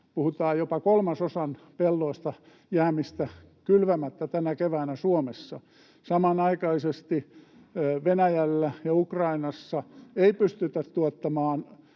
puhutaan jopa kolmasosan pelloista jäämisestä kylvämättä tänä keväänä Suomessa. Samanaikaisesti Venäjällä ja Ukrainassa ei pystytä tuottamaan